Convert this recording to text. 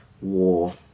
war